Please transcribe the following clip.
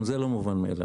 גם זה לא מובן מאליו.